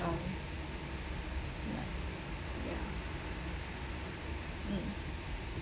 account mm